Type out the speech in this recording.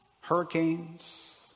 Hurricanes